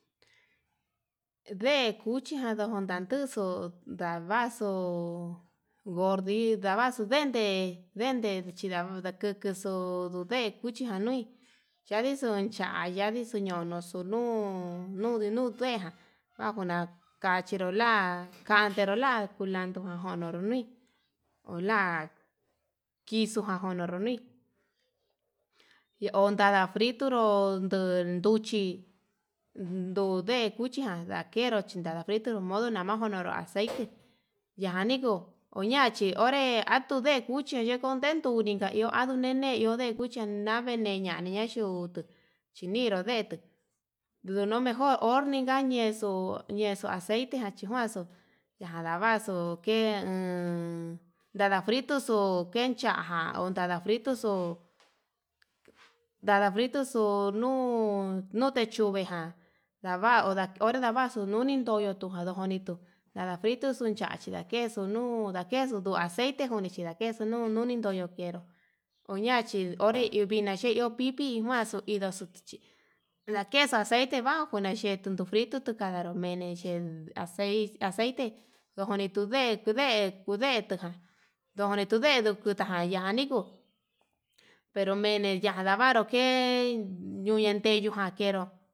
Deen cuchijan ndondanduxu ndavaxu gordii ndavaxu dente, dente ndichida dekendexo ndu deen cuchijan nui yadixo chaya yandixo tuñonuxuu nuu, nude nudejan jankuna kachinró la kantero la culando ján jonro nui ho la kixuu jan kodolo nuin, iontada fritoro ondon nduchi nuu deen cuchiga ndakero nada fritonro modo najan ndukujax aceite yajaniko, oñachi onré atuu deen cuchi onde tunde ta iho há nunene iho nde cuchi navene ñani ñaxhi yutu xhiniro deen nduni mejor ornika, ñexo ñexo aceite chinjuanxu yajadaxu kee uun nada fritoxo ke'e chajan ontada fritoxo dadafrito xuu nuu nutechuve jan, ndava onré ndavaxuu nuni toyo janduu kuni tuu ndada fritoxo chaxe nakexu nuu ndakexu kuea, aceite kuni chi ndakexu nuu nuni toyo'o yenró oñachi onré vina xhi iho pipi indaxu chichi la kexuu aceite va'a kujuina chee ndutu frito tuu laralo mene yen a aceite ndujunitu deen tuu deen ku deen tejan ndoni tuu deen ndujuta jayani kuu pero mene ya'a ndavaruu ke'e ñuinandeyu jan ke'e nró.